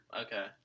okay